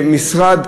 שמשרד,